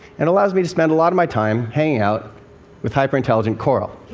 and allows me to spend a lot of my time hanging out with hyperintelligent coral.